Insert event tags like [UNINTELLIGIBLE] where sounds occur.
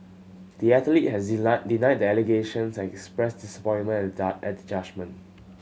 the athlete has [UNINTELLIGIBLE] denied the allegations and expressed disappointment at the judgment